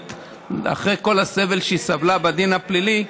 ואחרי כל הסבל שהיא סבלה בדין הפלילי,